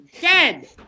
dead